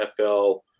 NFL